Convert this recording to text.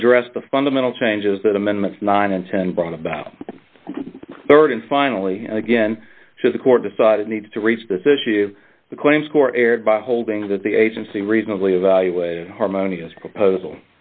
to address the fundamental changes that amendments nine and ten brought about a rd and finally again to the court decide it needs to raise this issue the claims court erred by holding that the agency reasonably evaluated harmonious proposal